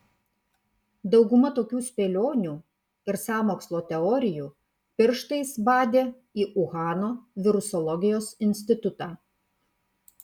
dauguma tokių spėlionių ir sąmokslo teorijų pirštais badė į uhano virusologijos institutą